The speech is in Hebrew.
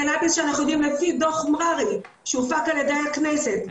קנאביס שאנחנו יודעים לפי דו"ח מררי שהופק על ידי הכנסת,